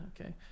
Okay